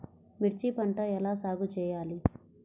మిర్చి పంట ఎలా సాగు చేయాలి?